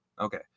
Okay